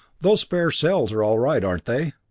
those spare cells are all right, aren't they?